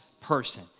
person